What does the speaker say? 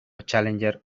challenger